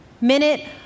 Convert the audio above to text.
minute